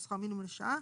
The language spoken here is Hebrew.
שכר מינימום לשעה.